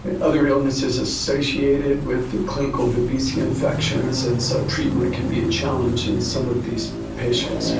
and other illnesses associated with clinical babesia infections and so treatment can be a challenge in some of these patients.